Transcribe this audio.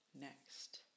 next